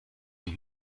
und